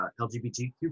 LGBTQ